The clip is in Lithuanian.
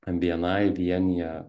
bni vienija